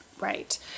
Right